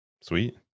Sweet